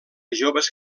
joves